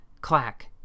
Clack